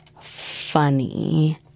funny